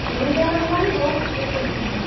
ଦୁଇ ଦିନ ହେଲାଣି ବହୁତ